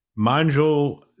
Manjul